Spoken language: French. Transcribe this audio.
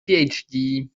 phd